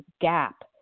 gap